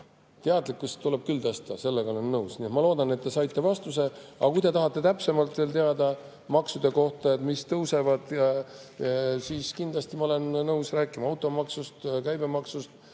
Teadlikkust tuleb küll tõsta, sellega olen nõus. Nii et ma loodan, et te saite vastuse. Aga kui te tahate veel täpsemalt teada maksude kohta, mis tõusevad, siis kindlasti ma olen nõus rääkima automaksust, käibemaksust,